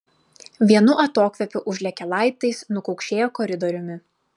vienu atokvėpiu užlėkė laiptais nukaukšėjo koridoriumi